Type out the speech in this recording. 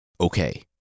Okay